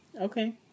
okay